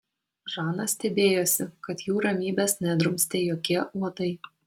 žana stebėjosi kad jų ramybės nedrumstė jokie uodai